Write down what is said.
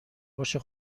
باشه